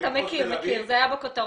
אתה מכיר, זה היה בכותרות.